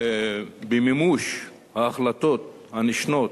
במימוש ההחלטות הנשנות